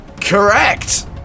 Correct